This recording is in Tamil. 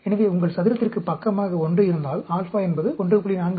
எனவே உங்கள் சதுரத்திற்கு பக்கமாக 1 இருந்தால் ஆல்பா என்பது 1